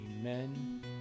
amen